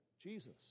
Jesus